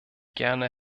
gerne